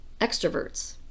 extroverts